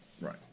right